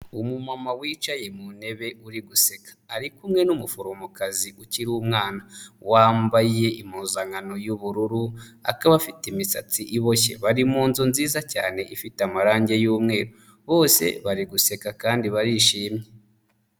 Umumama wicaye mu ntebe uri guseka, ari kumwe n'umuforomokazi ukiri umwana wambaye impuzankano y'ubururu akaba afite imisatsi iboshye, bari mu nzu nziza cyane ifite amarangi y'umweru, bose bari guseka kandi barishimye.